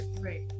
Right